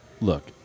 Look